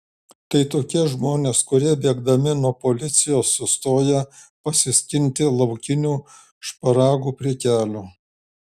tai tokie žmonės kurie bėgdami nuo policijos sustoja pasiskinti laukinių šparagų prie kelio